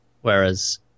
Whereas